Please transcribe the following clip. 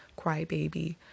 crybaby